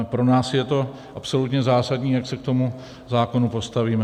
Pro nás je to absolutně zásadní, jak se k tomu zákonu postavíme.